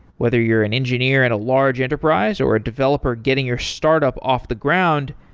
whether you're an engineer at a large enterprise, or a developer getting your startup off the ground,